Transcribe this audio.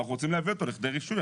ואנחנו רוצים להביא אותו לכדי רישוי.